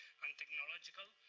and technological,